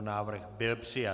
Návrh byl přijat.